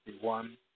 one